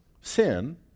sin